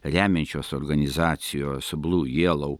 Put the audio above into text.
remiančios organizacijos blu jielau